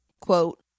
quote